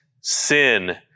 sin